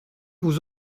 vous